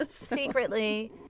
Secretly